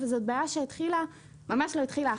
וזאת בעיה שהתחילה ממש לא התחילה עכשיו,